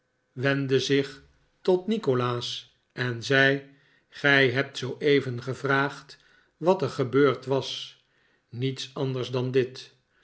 wendde zich tot nikolaas en zei gij hebt zooeven gevraagd wat er gebeurd was niets anders dan dit